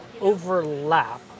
overlap